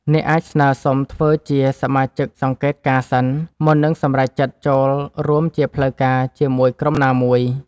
អ្នកអាចស្នើសុំធ្វើជាសមាជិកសង្កេតការណ៍សិន មុននឹងសម្រេចចិត្តចូលរួមជាផ្លូវការជាមួយក្រុមណាមួយ។